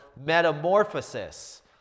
metamorphosis